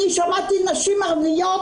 אני שמעתי נשים ערביות,